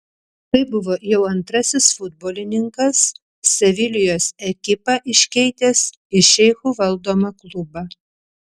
tai buvo jau antrasis futbolininkas sevilijos ekipą iškeitęs į šeichų valdomą klubą